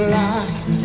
life